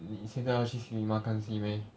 你现在要去 cinema 看戏 meh